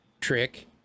trick